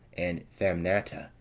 and thamnata,